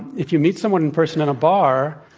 if you meet someone in person in a bar,